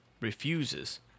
refuses